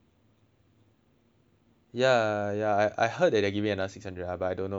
ya ya I heard that they give you another six hundred ah but I don't I don't know when they're giving it